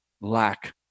lack